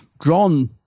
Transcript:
Gron